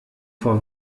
vor